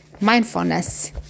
Mindfulness